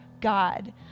God